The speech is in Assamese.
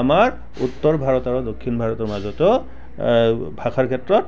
আমাৰ উত্তৰ ভাৰত আৰু দক্ষিণ ভাৰতৰ মাজতো ভাষাৰ ক্ষেত্ৰত